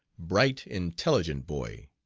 bright, intelligent boy.